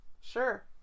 Sure